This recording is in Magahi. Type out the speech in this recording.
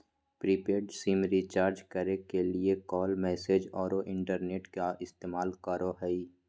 प्रीपेड सिम रिचार्ज करे के लिए कॉल, मैसेज औरो इंटरनेट का इस्तेमाल करो हइ